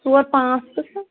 ژور پانٛژھ قٕسٕم